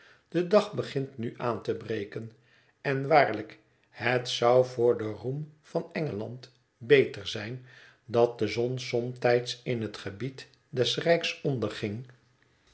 de dag begint nu aan te breken en waarlijk het zou voor den roem van engeland beter zijn dat de zon somtijds in het gebied des rijks onderging